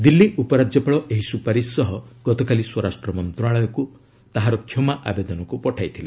ଦିଲ୍ଲୀ ଉପରାଜ୍ୟପାଳ ଏହି ସୁପାରିଶ ସହ ଗତକାଲି ସ୍ୱରାଷ୍ଟ୍ର ମନ୍ତ୍ରଣାଳୟକୁ ତାହାର କ୍ଷମା ଆବେଦନ ପଠାଇଥିଲେ